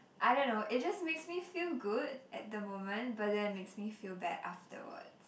I don't know it just makes me feel good at the moment but then it makes me feel bad afterwards